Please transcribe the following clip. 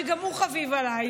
שגם הוא חביב עליי,